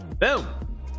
Boom